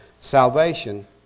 salvation